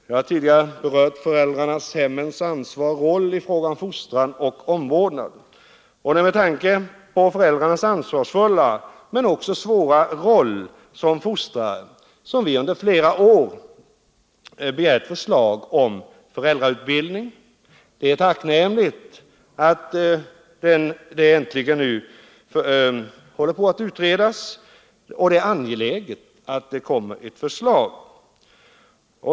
Jag har tidigare berört föräldrarnas och hemmens ansvar och roll i fråga om fostran och omvårdnad. Med tanke på föräldrarnas ansvarsfulla men också svåra roll som fostrare har vi under flera år begärt förslag om föräldrautbildning. Det är tacknämligt att den frågan nu äntligen håller på att utredas, och det är angeläget att det kommer ett förslag.